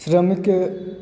श्रमिकके